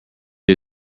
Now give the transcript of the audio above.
you